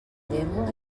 llengua